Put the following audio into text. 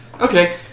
Okay